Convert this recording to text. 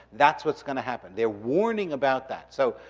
that's what's gonna happen. they're warning about that. so,